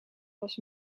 was